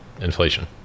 inflation